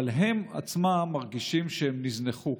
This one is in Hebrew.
אבל הם עצמם מרגישים שהם נזנחו.